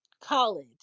college